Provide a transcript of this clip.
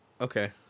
Okay